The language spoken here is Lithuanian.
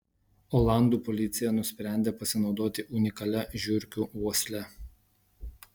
olandų policija nusprendė pasinaudoti unikalia žiurkių uosle